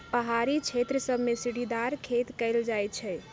पहारी क्षेत्र सभमें सीढ़ीदार खेती कएल जाइ छइ